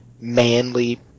manly